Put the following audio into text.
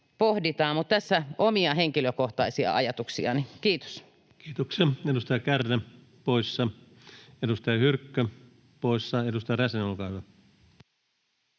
tässä omia henkilökohtaisia ajatuksiani. — Kiitos. Kiitoksia. — Edustaja Kärnä, poissa. Edustaja Hyrkkö, poissa. — Edustaja Räsänen, olkaa hyvä.